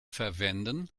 verwenden